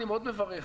אני מאוד מברך,